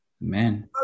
Amen